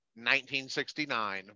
1969